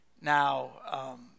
now